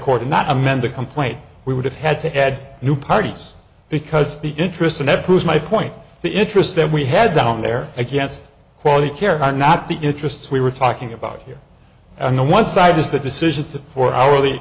court and not amend the complaint we would have had to add new parties because the interest in that proves my point the interest that we had down there against quality care are not the interests we were talking about here and the one side is the decision to for our